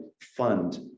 fund